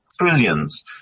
trillions